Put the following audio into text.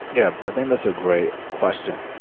yeah. i think that's a great question,